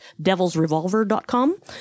devilsrevolver.com